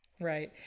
Right